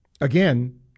again